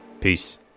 Peace